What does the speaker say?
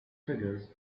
figures